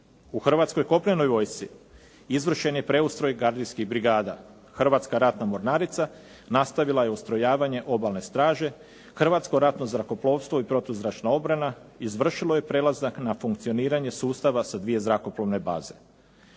U Hrvatskoj kopnenoj vojsci izvršen je preustroj gardijskih brigada, Hrvatska ratna mornarica nastavila je ustrojavanje Obalne straže, Hrvatsko ratno zrakoplovstvo i protuzračna obrana, izvršilo je prelazak na funkcioniranje sustava sa 2 zrakoplovne baze.